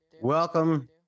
Welcome